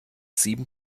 sieben